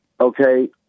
Okay